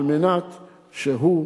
על מנת שהוא,